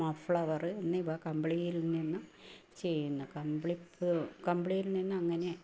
muffler എന്നിവ കമ്പിളിയിൽ നിന്നും ചെയ്യുന്നു കമ്പിളിപ്പ് കമ്പിളിയിൽ നിന്നും അങ്ങനെയൊക്കെ